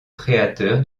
créateur